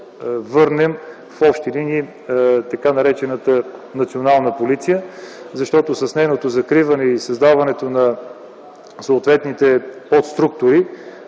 върнем в общи линии така наречената Национална полиция. Защото с нейното закриване и създаването на съответните подструктури